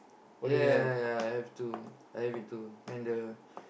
ya ya ya ya I have too I have it too and the